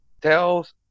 tells